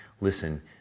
Listen